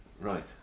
Right